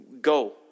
go